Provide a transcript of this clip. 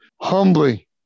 humbly